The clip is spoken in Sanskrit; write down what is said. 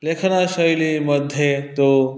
लेखनशैलीमध्ये तु